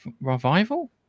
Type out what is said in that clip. revival